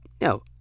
No